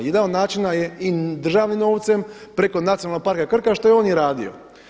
Jedan od načina je i državnim novcem preko Nacionalnog parka Krka što je on i radio.